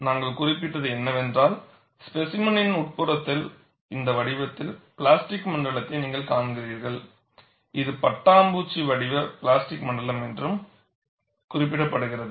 நாங்கள் குறிப்பிட்டது என்னவென்றால் ஸ்பேசிமெனின் உட்புறத்தில் இந்த வடிவத்தில் பிளாஸ்டிக் மண்டலத்தை நீங்கள் காண்கிறீர்கள் இது பட்டாம்பூச்சி வடிவ பிளாஸ்டிக் மண்டலம் என்றும் குறிப்பிடப்படுகிறது